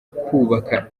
kubaka